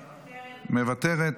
מוותרת,